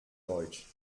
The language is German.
deutsch